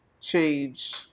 change